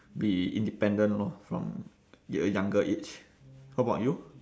be independent lor from a younger age how about you